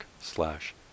slash